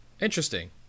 interesting